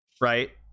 right